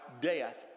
death